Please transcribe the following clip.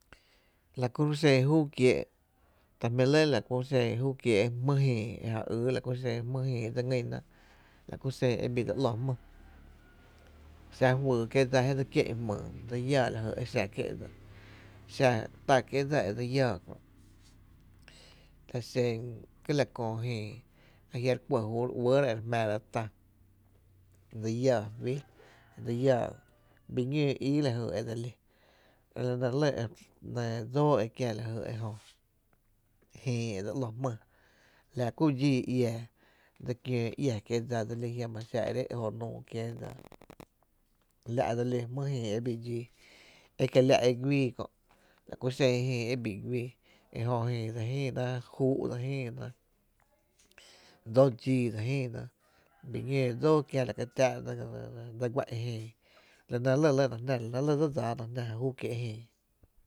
La kuro’ xen júú kiee’ ta jmíi lɇ la kuro’ xen júu kiee’ jÿÿ e ja ýy la ku xen jmýy jïï e dse ngyna, la kuxen e bii dse ‘ló jmý xa juyy kiee’ dsa jé dse kié’n jmyy, dse iáá lajy e xa kié’ dsa, xa tá kiee’ dsa e dse lláá kö’ ta xen ga la köö jïï a jia’ re kuɇ júu e re uɇɇra e re jmⱥⱥra ta dse iáa fí, dse iáa bii ñoo lajy ii e dse li, la nɇ lɇ e dsóo e kiä lajy ejö jïï e dse ‘ló jmý laku dxii iää dse kiöö iá kie’ dsa dse li jiama xa e re é’ jo’ nuu kien dsa la’ dse lí jmýy jïï e bii dxii, e kiela’ e güii kö’ la ku xen jïï e bii güii e jö jïï e dse jïïna juu’ dse jïïna dsóó dxíi dse jïïna bii ñoo dsóó kiä la ka táá’ dsa guá’n e je, la nɇ lyna jná la nɇ dse dsaa na jná júú kiee’ jÿÿ.